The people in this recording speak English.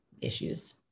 issues